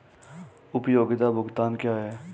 उपयोगिता भुगतान क्या हैं?